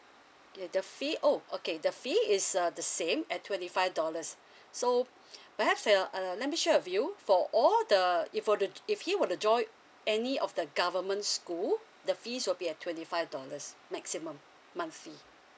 okay the fee oh okay the fee is uh the same at twenty five dollars so perhaps uh uh let me sure of you for all the if for the if he would to join any of the government school the fees will be a twenty five dollars maximum monthly